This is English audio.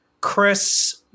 chris